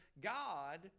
God